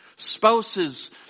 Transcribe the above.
Spouses